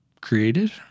created